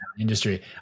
industry